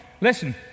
Listen